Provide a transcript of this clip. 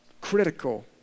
critical